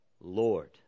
Lord